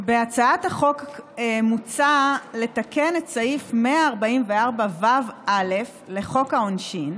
בהצעת החוק מוצע לתקן את סעיף 144ו(א) לחוק העונשין,